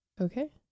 Okay